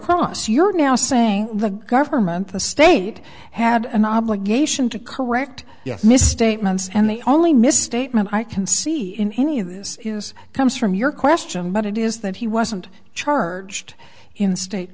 cross you're now saying the government the state had an obligation to correct yes misstatements and the only misstatement i can see in any of this is comes from your question what it is that he wasn't charged in state